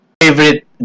Favorite